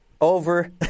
over